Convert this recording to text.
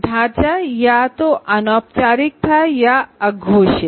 ढाँचा या तो अनौपचारिक था या अघोषित